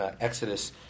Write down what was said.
Exodus